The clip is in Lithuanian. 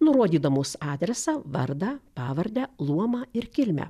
nurodydamos adresą vardą pavardę luomą ir kilmę